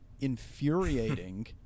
infuriating